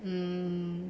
hmm